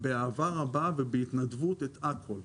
באהבה רבה ובהתנדבות את הכול.